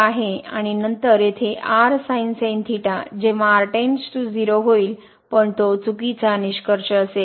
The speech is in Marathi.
आणि नंतर येथे जेव्हा होईल पण तो चुकीचा निष्कर्ष असेल